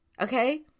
Okay